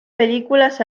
películas